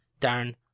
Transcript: Darren